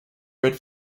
read